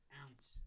ounce